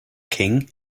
king